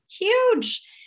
huge